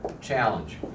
challenge